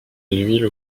l’huile